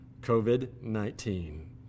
COVID-19